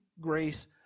grace